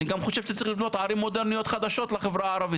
אני גם חושב שצריך לבנות ערים מודרניות חדשות לחברה הערבית,